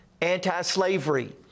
anti-slavery